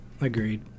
agreed